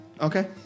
Okay